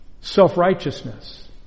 self-righteousness